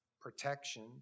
protection